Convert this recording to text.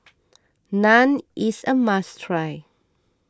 Naan is a must try